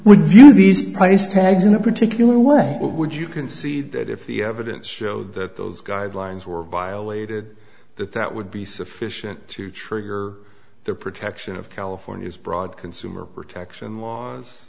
would view these price tags in a particular way but would you concede that if the evidence showed that those guidelines were violated that that would be sufficient to trigger the protection of california's broad consumer protection